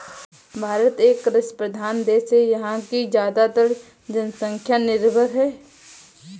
भारत एक कृषि प्रधान देश है यहाँ की ज़्यादातर जनसंख्या निर्भर है